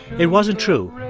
it wasn't true.